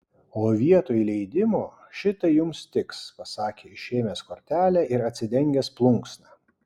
o vietoj leidimo šitai jums tiks pasakė išėmęs kortelę ir atsidengęs plunksną